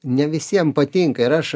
ne visiem patinka ir aš